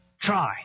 Try